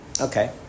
Okay